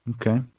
Okay